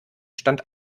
stand